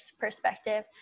perspective